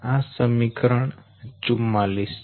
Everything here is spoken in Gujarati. આ સમીકરણ 44 છે